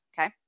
Okay